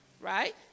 right